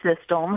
system